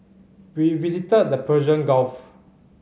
we visited the Persian Gulf